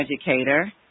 educator